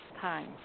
time